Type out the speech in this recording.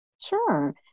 Sure